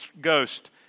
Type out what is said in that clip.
Ghost